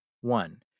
one